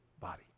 body